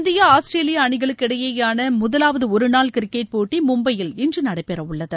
India Australia அணிகளுக்கு இடையேயான முதலாவது ஒருநாள் கிரிக்கெட் போட்டி மும்பையில் இன்று நடைபெற உள்ளது